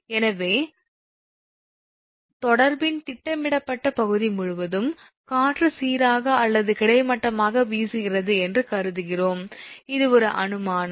எனவே தொடர்பின் திட்டமிடப்பட்ட பகுதி முழுவதும் காற்று சீராக அல்லது கிடைமட்டமாக வீசுகிறது என்று கருதுகிறோம் இது ஒரு அனுமானம்